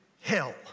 hell